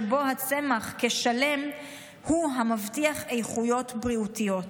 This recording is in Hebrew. שבו הצמח כשלם הוא המבטיח איכויות בריאותיות.